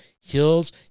hills